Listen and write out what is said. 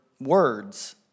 words